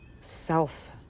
self